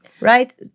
right